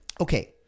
okay